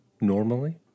normally